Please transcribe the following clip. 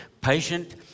patient